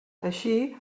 així